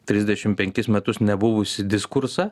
trisdešim penkis metus nebuvusi diskursą